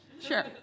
Sure